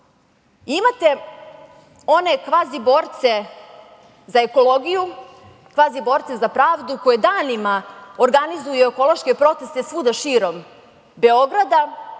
one kvazi-borce za ekologiju, kvazi-borce za pravdu koji danima organizuju ekološke proteste svuda, širom Beograda,